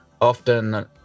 often